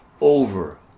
over